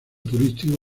turístico